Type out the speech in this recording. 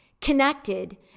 connected